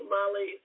Molly